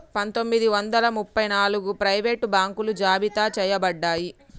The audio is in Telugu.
పందొమ్మిది వందల ముప్ప నాలుగగు ప్రైవేట్ బాంకులు జాబితా చెయ్యబడ్డాయి